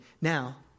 Now